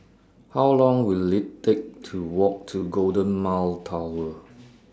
How Long Will IT Take to Walk to Golden Mile Tower